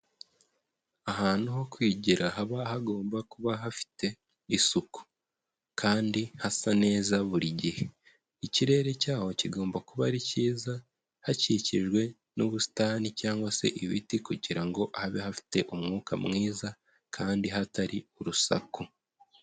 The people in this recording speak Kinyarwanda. Ahantu ho kwigira haba hagomba kuba hafite isuku kandi hasa neza buri igihe, ikirere cy'aho kigomba kuba ari cyiza, hakikijwe n'ubusitani cyangwa se ibiti kugira ngo habe hafite umwuka mwiza kandi hatari urusaku.